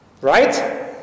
Right